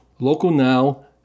LocalNow